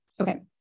Okay